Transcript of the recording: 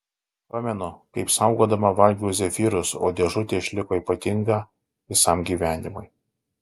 pamenu kaip saugodama valgiau zefyrus o dėžutė išliko ypatinga visam gyvenimui